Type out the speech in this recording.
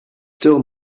still